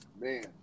man